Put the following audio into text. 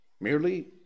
merely